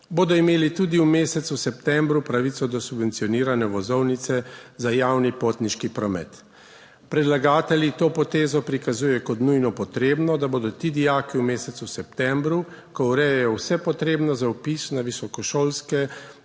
bodo imeli tudi v mesecu septembru pravico do subvencionirane vozovnice za javni potniški promet. Predlagatelji to potezo prikazujejo kot nujno potrebno, da bodo ti dijaki v mesecu septembru, ko urejajo vse potrebno za vpis na visokošolske